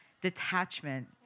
detachment